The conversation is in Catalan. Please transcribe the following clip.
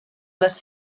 les